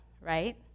right